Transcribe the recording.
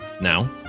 Now